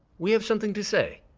we have something to say.